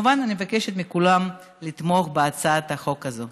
אני מבקשת מכולם, כמובן, לתמוך בהצעת החוק הזאת.